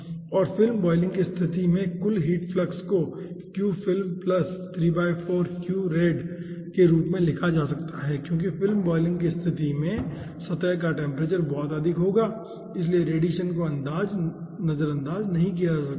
और film boiling की स्थिति में कुल हीट फ्लक्स को के रूप में लिखा जा सकता है क्योंकि फिल्म बॉयलिंग की स्थिति में सतह का टेम्परेचर बहुत अधिक होगा इसलिए रेडिएशन को नज़रअंदाज़ नहीं किया जा सकता है